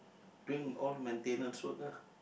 doing old maintenance work ah